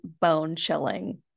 bone-chilling